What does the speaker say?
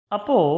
Apo